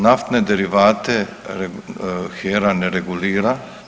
Naftne derivate HERA ne regulira.